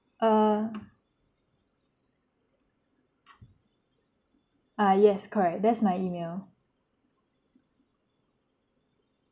err ah yes correct that's my email